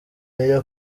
meyer